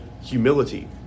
humility